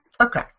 Okay